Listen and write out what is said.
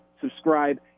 subscribe